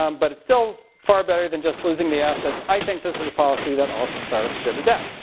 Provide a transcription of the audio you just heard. um but it's still far better than just losing the assets. i think this is a policy that all startups should adopt.